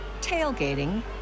tailgating